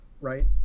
right